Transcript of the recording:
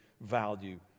value